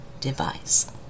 device